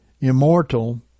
Immortal